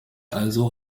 also